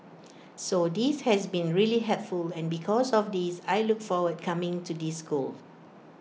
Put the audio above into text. so this has been really helpful and because of this I look forward coming to this school